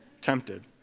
tempted